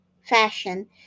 fashion